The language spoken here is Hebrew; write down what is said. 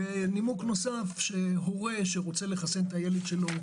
נימוק נוסף הורה שרוצה לחסן את ילדו,